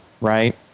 Right